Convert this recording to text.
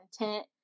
intent